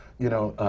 you know?